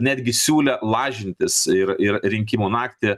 netgi siūlė lažintis ir ir rinkimų naktį